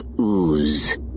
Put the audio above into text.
ooze